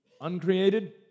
uncreated